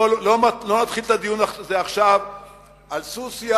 לא נתחיל את הדיון הזה עכשיו על סוסיא